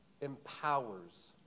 empowers